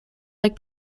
like